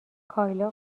کایلا